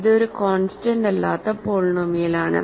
ഇത് ഒരു കോൺസ്റ്റന്റ് അല്ലാത്ത പോളിനോമിയലാണ്